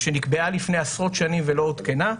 שנקבעה לפני עשרות שנים ולא עודכנה,